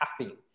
caffeine